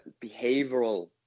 behavioral